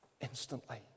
Instantly